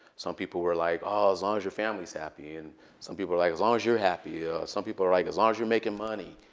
some people were like, oh, as long as your family's happy. and some people were like, as long as you're happy. some people were like, as long as you're making money.